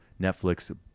Netflix